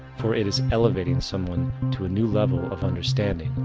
for it is elevating someone to a new level of understanding,